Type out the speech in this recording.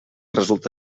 resulta